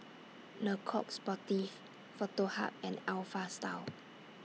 Le Coq Sportif Foto Hub and Alpha Style